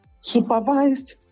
supervised